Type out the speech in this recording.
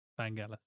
Vangelis